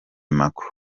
macron